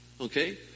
Okay